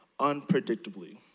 unpredictably